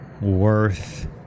worth